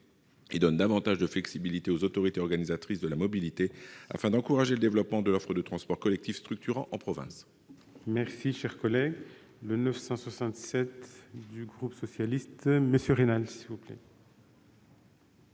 à donner davantage de flexibilité aux autorités organisatrices de la mobilité, afin d'encourager le développement de l'offre de transports collectifs structurants en province.